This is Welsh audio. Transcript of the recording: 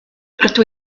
rydw